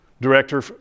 director